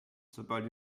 sobald